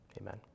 Amen